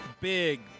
big